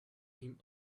him